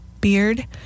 beard